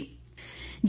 मौसम